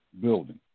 building